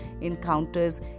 encounters